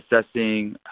assessing